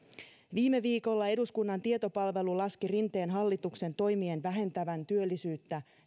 viime viikolla eduskunnan tietopalvelu laski rinteen hallituksen toimien vähentävän työllisyyttä